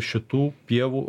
šitų pievų